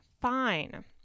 fine